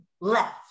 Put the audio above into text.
left